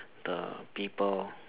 the people